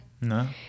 No